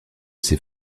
ses